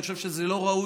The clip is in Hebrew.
אני חושב שזה לא ראוי,